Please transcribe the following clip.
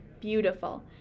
beautiful